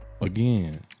Again